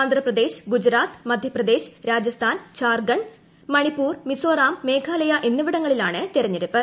ആന്ധ്രപ്രദേശ് ഗുജറാത്ത് മധ്യപ്രദേശ് രാജസ്ഥാൻ ജാർഖണ്ഡ് മണിപ്പൂർ മിസോറം മേഘാലയ എന്നിവിടങ്ങളിലാണ് തിരഞ്ഞെടുപ്പ്